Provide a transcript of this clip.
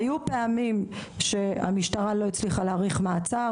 היו פעמים שהמשטרה לא הצליחה להאריך מעצר,